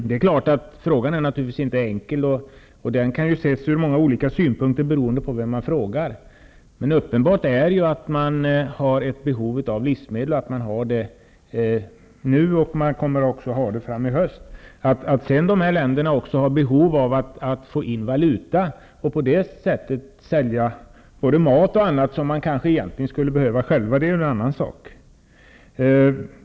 Herr talman! Frågan är naturligtvis inte enkel. Den kan ses ur många olika synvinklar, beroende på vem man frågar. Men det är uppenbart att det finns ett behov av livsmedel nu och att detta behov också kommer att finnas i höst. Att dessa länder dessutom har behov av att få in valuta och därför vill sälja mat och annat som de kanske egentligen behöver själva, är en annan sak.